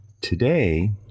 today